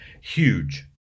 huge